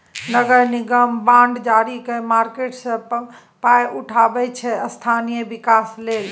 नगर निगम बॉड जारी कए मार्केट सँ पाइ उठाबै छै स्थानीय बिकास लेल